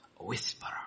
Whisperer